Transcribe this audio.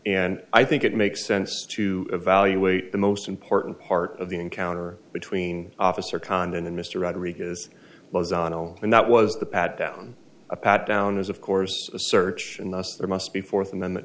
and i think it makes sense to evaluate the most important part of the encounter between officer condon and mr rodriguez lozano and that was the pat down a pat down is of course a search and thus there must be fourth amendment